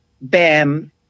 bam